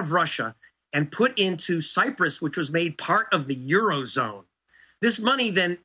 of russia and put into cyprus which was made part of the euro zone this money then